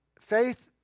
faith